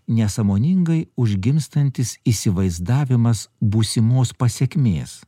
nesąmoningai užgimstantis įsivaizdavimas būsimos pasekmės